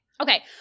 Okay